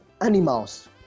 Animals